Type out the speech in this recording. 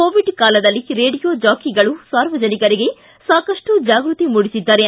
Covid ಕಾಲದಲ್ಲಿ radio ಜಾಕಿಗಳು ಸಾರ್ವಜನಿಕರಿಗೆ ಸಾಕಷ್ಟು ಜಾಗೃತಿ ಮೂಡಿಸಿದ್ದಾರೆ